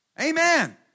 Amen